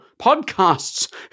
podcasts